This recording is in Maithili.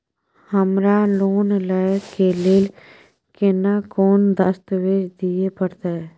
हमरा लोन लय के लेल केना कोन दस्तावेज दिए परतै?